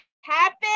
happen